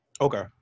Okay